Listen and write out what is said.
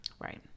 Right